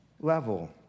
level